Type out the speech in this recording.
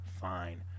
fine